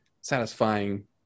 satisfying